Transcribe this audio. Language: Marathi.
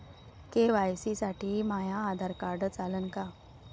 के.वाय.सी साठी माह्य आधार कार्ड चालन का?